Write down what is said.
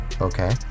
okay